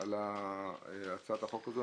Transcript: על הצעת החוק הזו,